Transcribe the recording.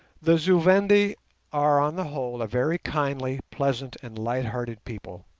the zu-vendi are on the whole a very kindly, pleasant, and light-hearted people.